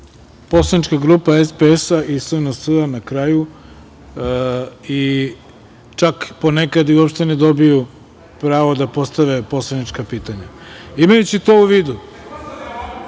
poslanička grupa SPS-a i SNS-a na kraju, i čak ponekad uopšte ne dobiju pravo da postave poslanička pitanja. Imajući to u vidu,